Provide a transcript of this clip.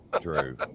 True